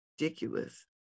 ridiculous